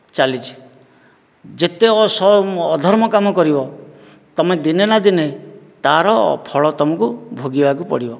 ଚାଲିଛି ଯେତେକ ଅଧର୍ମ କାମ କରିବ ତୁମେ ଦିନେ ନା ଦିନେ ତା'ର ଫଳ ତୁମକୁ ଭୋଗିବାକୁ ପଡ଼ିବ